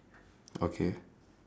okay